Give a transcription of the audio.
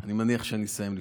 אני מניח שאסיים לפני.